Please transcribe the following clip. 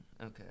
Okay